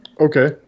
Okay